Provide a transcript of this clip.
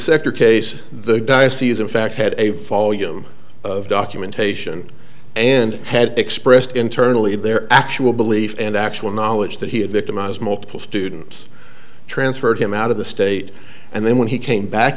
sector case the diocese in fact had a volume of documentation and had expressed internally their actual belief and actual knowledge that he had victimized multiple students transferred him out of the state and then when he came back